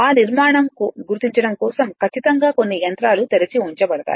ఆ నిర్మాణం గుర్తించడం కోసం ఖచ్చితంగా కొన్ని యంత్రాలు తెరిచి ఉంచబడతాయి